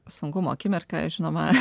sunkumo akimirką žinoma